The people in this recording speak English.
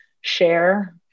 share